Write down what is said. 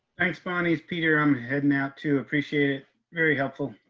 thanks bonnie's peter. i'm heading out to appreciate it very helpful.